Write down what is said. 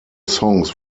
songs